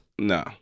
No